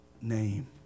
name